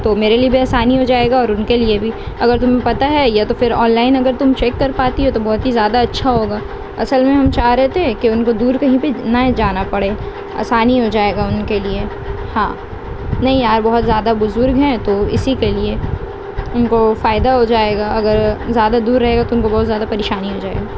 تو میرے لیے بھی آسانی ہو جائے گا اور ان کے لیے بھی اگر تمیں پتا ہے یا تو پھر آنلائن اگر تم چیک کر پاتی ہو تو بہت ہی زیادہ اچھا ہوگا اصل میں ہم چاہ رہے تھے کہ ان کو دور کہیں بھی نہ جانا پڑے آسانی ہو جائے گا ان کے لیے ہاں نہیں یار بہت زیادہ بزرگ ہیں تو اسی کے لیے ان کو فائدہ ہو جائے گا اگر زیادہ دور رہے گا تو ان کو بہت زیادہ پریشانی ہو جائے